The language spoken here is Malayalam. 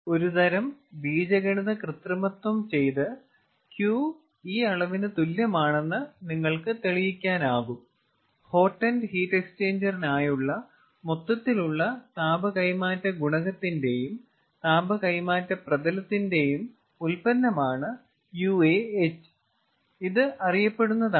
ഒരുതരം ബീജഗണിത കൃത്രിമത്വം ചെയ്ത് 𝑄̇ ഈ അളവിന് തുല്യമാണെന്ന് നിങ്ങൾക്ക് തെളിയിക്കാനാകും ഹോട്ട് എൻഡ് ഹീറ്റ് എക്സ്ചേഞ്ചറിനായുള്ള മൊത്തത്തിലുള്ള താപ കൈമാറ്റ ഗുണകത്തിന്റെയും താപ കൈമാറ്റ പ്രതലത്തിന്റെയും ഉൽപന്നമാണ് UAh ഇത് അറിയപ്പെടുന്നതാണ്